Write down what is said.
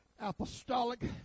apostolic